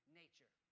nature